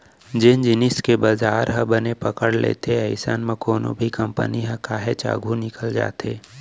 जेन जिनिस के बजार ह बने पकड़े लेथे अइसन म कोनो भी कंपनी ह काहेच आघू निकल जाथे